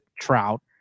Trout